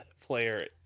player